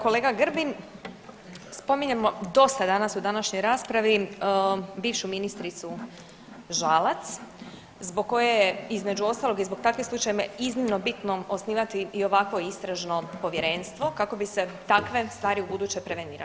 Kolega Grbin spominjemo dosta danas u današnjoj raspravi bivšu ministricu Žalac zbog koje je između ostalog i zbog takvih slučajeva iznimno bitno osnivati i ovako istražno povjerenstvo kako bi se takve stvari u buduće prevenirali.